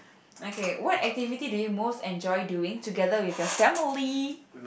okay what activity do you most enjoy doing together with your family